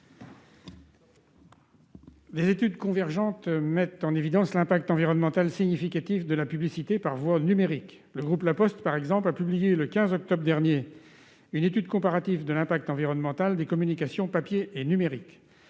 Des études convergentes mettent en évidence l'impact environnemental significatif de la publicité par voie numérique. Le groupe La Poste, par exemple, a publié, le 15 octobre dernier, une étude comparative de l'impact environnemental des communications papier et numérique.